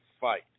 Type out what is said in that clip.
fight